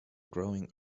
growing